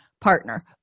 partner